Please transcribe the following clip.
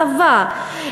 הסבה,